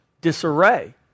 disarray